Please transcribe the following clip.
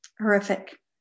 horrific